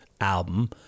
album